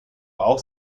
auch